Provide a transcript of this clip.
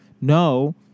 No